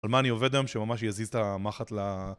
על מה אני עובד היום שממש יזיז את המחט ל...